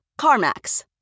CarMax